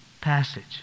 passage